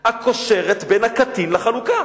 הקושרת בין הקטין לחלוקה,